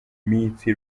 minsi